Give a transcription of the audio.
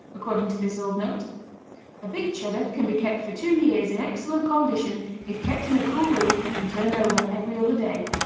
according to this old note a big cheddar can be kept for two years in excellent condition if kept in a cool room and turned over every other day.